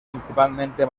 principalmente